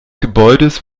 gebäudes